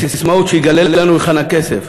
בססמאות, שיגלה לנו היכן הכסף.